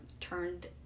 turned